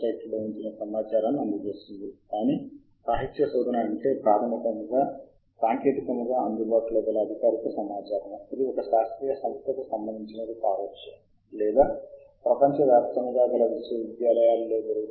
మరియు ఒకవేళ IP చిరునామా ద్వారా ప్రాప్యత చేయాలి అంటే అప్పుడు మనం సంస్థ యొక్క ప్రాక్సీని ఉపయోగించాల్సిన అవసరం ఉందా లేదా అని కూడా తెలుసుకోవాలి ఒకవేలా సంస్థ యొక్క ప్రాక్సీ సర్వర్ ఉపయోగించాలి అంటే దాని కోసం లాగిన్ మరియు పాస్వర్డ్ మీకు కావాలి